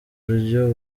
buryo